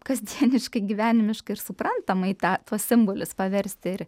kasdieniškai gyvenimiškai ir suprantamai tą tuos simbolius paversti ir